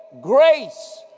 grace